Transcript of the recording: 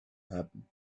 happen